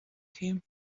came